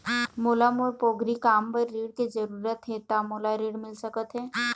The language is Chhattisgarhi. मोला मोर पोगरी काम बर ऋण के जरूरत हे ता मोला ऋण मिल सकत हे?